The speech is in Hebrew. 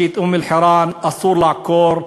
שאת אום-אלחיראן אסור לעקור.